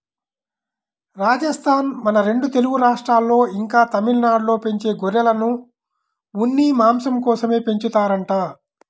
రాజస్థానూ, మన రెండు తెలుగు రాష్ట్రాల్లో, ఇంకా తమిళనాడులో పెంచే గొర్రెలను ఉన్ని, మాంసం కోసమే పెంచుతారంట